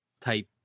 type